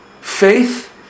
faith